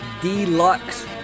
deluxe